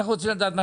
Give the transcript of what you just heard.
לדעת מה